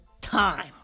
time